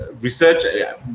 research